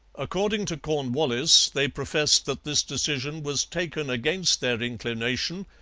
according to cornwallis, they professed that this decision was taken against their inclination,